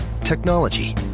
Technology